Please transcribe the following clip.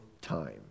time